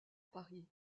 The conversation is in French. paris